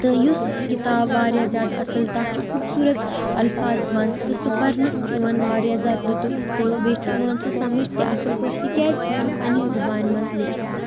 تہٕ یُس کِتاب واریاہ زیادٕ اَصٕل تَتھ چھُ خوٗبصوٗرت الفاظ منٛز تہٕ سُہ پَرنَس چھُ یِوان واریاہ زیادٕ لطف تہٕ بیٚیہِ یِوان سُہ سَمٕجھ تہِ اَصٕل پٲٹھۍ تِکیٛازِ سُہ چھُ پنٛنہِ زُبانہِ منٛز لیکھِتھ